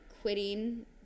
quitting